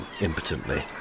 Impotently